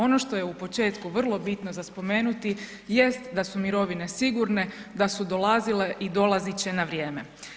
Ono što je u početku vrlo bitno za spomenuti jest da su mirovine sigurne, da su dolazile i dolazit će na vrijeme.